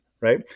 right